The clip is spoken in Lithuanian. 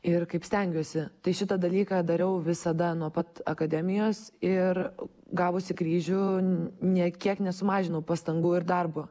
ir kaip stengiuosi tai šitą dalyką dariau visada nuo pat akademijos ir gavusi kryžių nie kiek nesumažinau pastangų ir darbo